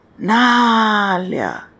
Nalia